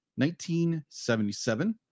1977